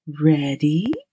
Ready